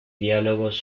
diálogos